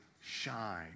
shine